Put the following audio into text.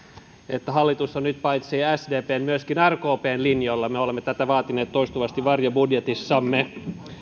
että hallitus on nyt paitsi sdpn myöskin rkpn linjoilla me olemme tätä vaatineet toistuvasti varjobudjetissamme